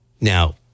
Now